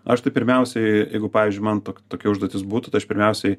aš tai pirmiausiai jeigu pavyzdžiui man tokia užduotis būtų tai aš pirmiausiai